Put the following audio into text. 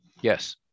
Yes